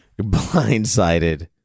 Blindsided